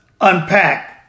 unpack